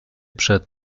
przed